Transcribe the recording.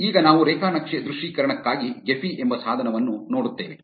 ಈಗ ನಾವು ರೇಖಾನಕ್ಷೆ ದೃಶ್ಯೀಕರಣಕ್ಕಾಗಿ ಗೆಫಿ ಎಂಬ ಸಾಧನವನ್ನು ನೋಡುತ್ತೇವೆ